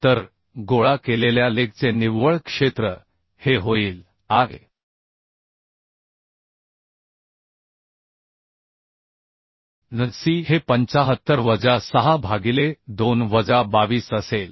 तर गोळा केलेल्या लेगचे निव्वळ क्षेत्र हे होईल a n c हे 75 वजा 6 भागिले 2 वजा 22 असेल